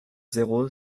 zéro